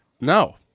no